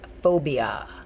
Phobia